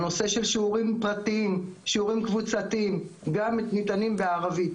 נושא השיעורים הפרטיים ושיעורים קבוצתיים גם ניתנים בערבית,